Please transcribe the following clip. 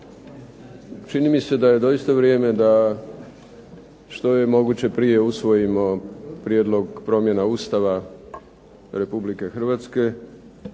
Čini mi se da je doista vrijeme da što je moguće prije usvojimo prijedlog promjena Ustava RH jer kako